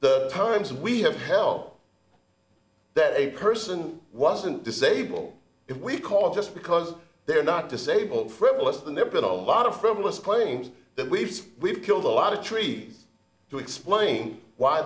the times we have helped that a person wasn't disabled if we caught just because they're not disabled frivolous than there but a lot of frivolous claims that we've we've killed a lot of trees to explain why